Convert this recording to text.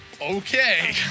Okay